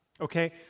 Okay